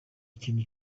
kintu